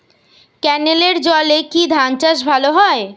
ক্যেনেলের জলে কি ধানচাষ ভালো হয়?